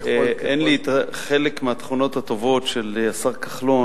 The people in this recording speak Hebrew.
אין לי חלק מהתכונות הטובות של השר כחלון.